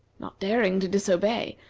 not daring to disobey,